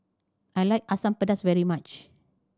I like Asam Pedas very much